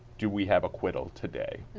do we have acquittal today.